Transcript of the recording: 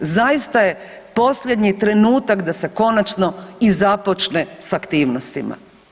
Zaista je posljednji trenutak da se konačno i započne s aktivnosti.